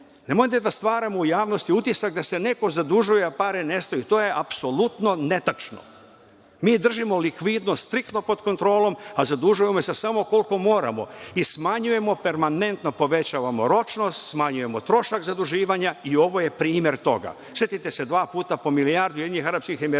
Nemojte da stvaramo u javnosti utisak da se neko zadužuje, a pare nestaju. To je apsolutno netačno. Mi držimo likvidnost striktnom pod kontrolom, a zadužujemo se samo koliko moramo i smanjujemo, permanentno povećavamo ročnost, smanjujemo trošak zaduživanja i ovo je primer toga. Setite se, dva puta po milijardu od UAE, gde